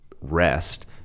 rest